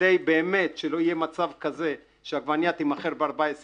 כדי באמת שלא יהיה מצב כזה שהעגבנייה תימכר ב-14 שקל,